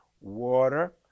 water